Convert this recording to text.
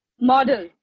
model